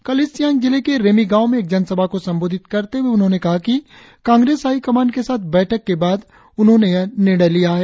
कल ईस्ट सियांग जिले के रेमी गांव में एक जनसभा को संबोधित करते हुए उन्होंने कहा कि कांग्रेस हाई कमांड के साथ बैठक के बाद उन्होंने यह निर्णय लिया है